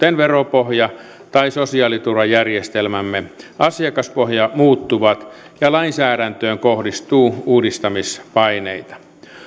kuten veropohja tai sosiaaliturvajärjestelmämme asiakaspohja muuttuvat ja lainsäädäntöön kohdistuu uudistamispaineita